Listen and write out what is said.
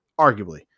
arguably